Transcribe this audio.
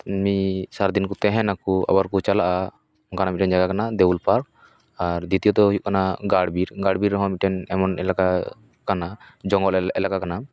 ᱮᱢᱱᱤ ᱥᱟᱨᱟ ᱫᱤᱱ ᱠᱚ ᱛᱟᱦᱮᱸᱱᱟᱠᱚ ᱟᱵᱟᱨ ᱠᱚ ᱪᱟᱞᱟᱜᱼᱟ ᱚᱱᱠᱟᱱᱟᱜ ᱢᱤᱫᱴᱮᱱ ᱡᱟᱭᱜᱟ ᱠᱟᱱᱟ ᱫᱮᱣᱩᱞ ᱯᱟᱨᱠ ᱟᱨ ᱫᱤᱛᱭᱳ ᱛᱚ ᱫᱚ ᱦᱩᱭᱩᱜ ᱠᱟᱱᱟ ᱜᱟᱲ ᱵᱤᱨ ᱜᱟᱲ ᱵᱤᱨ ᱦᱚᱸ ᱢᱤᱫᱴᱮᱱ ᱮᱢᱚᱱ ᱮᱞᱟᱠᱟ ᱠᱟᱱᱟ ᱡᱚᱝᱜᱚᱞ ᱮᱞᱟᱠᱟ ᱠᱟᱱᱟ